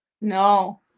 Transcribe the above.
No